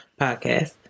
Podcast